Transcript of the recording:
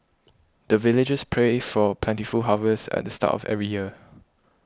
the villagers pray for plentiful harvest at the start of every year